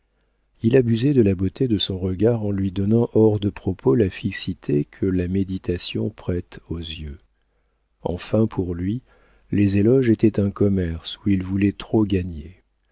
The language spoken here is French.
il abusait de la beauté de son regard en lui donnant hors de propos la fixité que la méditation prête aux yeux enfin pour lui les éloges étaient un commerce où il voulait trop gagner